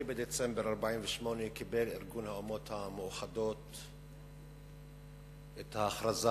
ב-10 בדצמבר 1948 קיבל ארגון האומות המאוחדות את ההכרזה